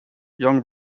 young